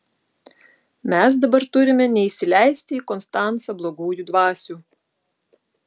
mes dabar turime neįsileisti į konstancą blogųjų dvasių